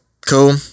cool